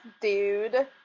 dude